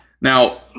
Now